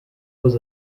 was